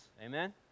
amen